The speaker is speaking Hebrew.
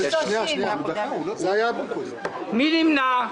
מי נמנע?